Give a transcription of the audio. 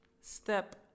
step